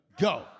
go